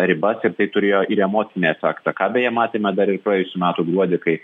ribas ir tai turėjo ir emocinį efektą ką beje matėme dar ir praėjusių metų gruodį kai